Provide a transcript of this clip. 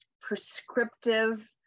prescriptive